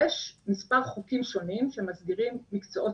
יש מספר חוקים שונים שמסדירים מקצועות